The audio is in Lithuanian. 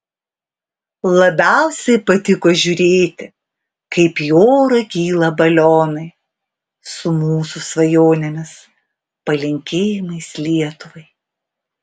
labiausiai patiko žiūrėti kaip į orą kyla balionai su mūsų svajonėmis palinkėjimais lietuvai